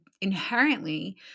inherently